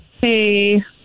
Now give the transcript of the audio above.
Hey